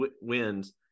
wins